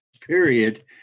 period